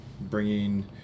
bringing